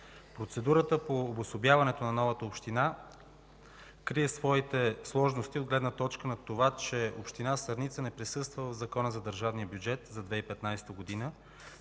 Процедурата по обособяването на новата община крие своите сложности от гледна точка на това, че община Сърница не присъства в Закона за държавния бюджет за 2015 г.